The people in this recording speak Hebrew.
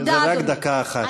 זה רק דקה אחת.